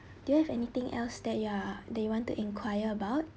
do you have anything else that you are that you want to enquire about